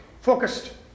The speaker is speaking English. Focused